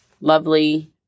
lovely